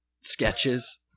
sketches